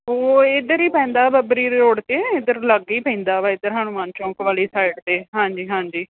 ਉਹ ਇੱਧਰ ਹੀ ਪੈਂਦਾ ਬੱਬਰੀ ਰੋਡ 'ਤੇ ਇੱਧਰ ਲਾਗੇ ਹੀ ਪੈਂਦਾ ਵਾ ਇੱਧਰ ਹਨੂੰਮਾਨ ਚੌਂਕ ਵਾਲੀ ਸਾਈਡ 'ਤੇ ਹਾਂਜੀ ਹਾਂਜੀ